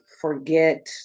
forget